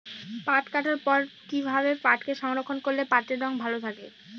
পাট কাটার পর কি ভাবে পাটকে সংরক্ষন করলে পাটের রং ভালো থাকে?